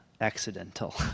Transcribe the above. accidental